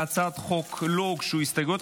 להצעת החוק לא הוגשו הסתייגויות,